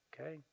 Okay